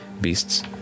beasts